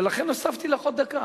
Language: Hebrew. לכן הוספתי לך עוד דקה.